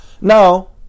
Now